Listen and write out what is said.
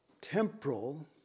temporal